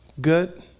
Good